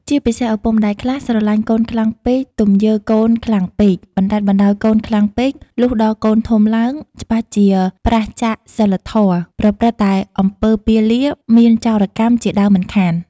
ជាពិសេស ឪពុកម្ដាយខ្លះស្រលាញ់កូនខ្លាំងពេកទំយើកូនខ្លាំងពេក បណ្ដែតបណ្ដោយកូនខ្លាំងពេក លុះដល់កូនធំឡើង ច្បាស់ជាប្រាសចាកសីលធម៌ ប្រព្រឹត្តតែអំពើពាលា មានចោរកម្ម ជាដើមមិនខាន ។